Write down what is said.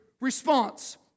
response